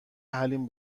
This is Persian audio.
حلیم